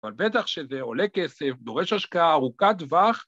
‫אבל בטח שזה עולה כסף, ‫דורש השקעה ארוכת טווח